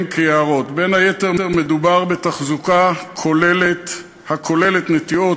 כיערות בין היתר מדובר בתחזוקה הכוללת נטיעות,